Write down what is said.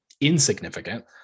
insignificant